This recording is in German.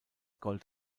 gold